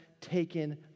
taken